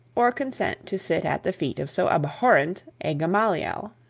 or consent to sit at the feet of so abhorrent a gamaliel.